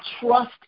trust